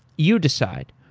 you decide.